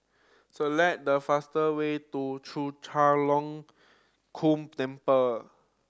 select the fastest way to Chek Chai Long Chuen Temple